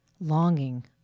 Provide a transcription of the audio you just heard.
Longing